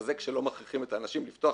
וזה כשלא מכריחים את האנשים לפתוח